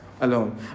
alone